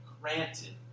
granted